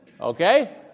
Okay